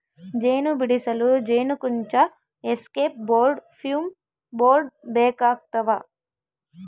ಜೇನು ಬಿಡಿಸಲು ಜೇನುಕುಂಚ ಎಸ್ಕೇಪ್ ಬೋರ್ಡ್ ಫ್ಯೂಮ್ ಬೋರ್ಡ್ ಬೇಕಾಗ್ತವ